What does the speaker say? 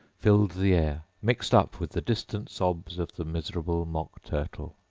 filled the air, mixed up with the distant sobs of the miserable mock turtle.